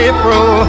April